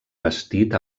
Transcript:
bastit